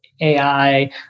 AI